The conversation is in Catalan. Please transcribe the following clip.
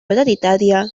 hereditària